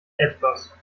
etwas